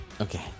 Okay